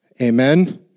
Amen